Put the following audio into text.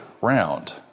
round